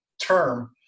term